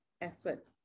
effort